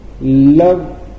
Love